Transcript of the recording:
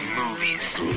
movies